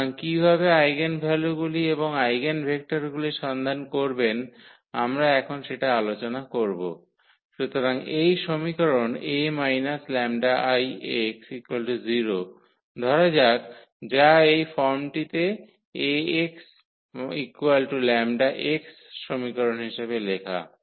সুতরাং কীভাবে আইগেনভ্যালুগুলি এবং আইগেনভেক্টরগুলির সন্ধান করবেন আমরা এখন সেটা আলোচনা করব সুতরাং এই সমীকরণ 𝐴 𝜆𝐼 𝑥 0 ধরা যাক যা এই ফর্মটিতে 𝜆𝑥𝜆𝑥 সমীকরণ ইিসাবে লেখা